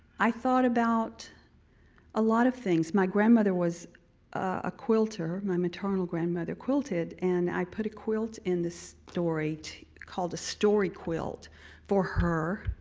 i thought about a lot of things. my grandmother was a quilter, my maternal grandmother quilted, and i put a quilt in the story called a story quilt for her,